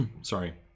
sorry